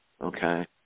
Okay